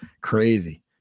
Crazy